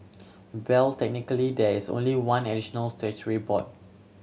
well technically there is only one additional statutory board